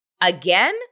again